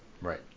Right